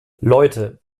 leute